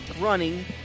running